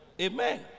amen